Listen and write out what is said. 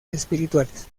espirituales